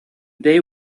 day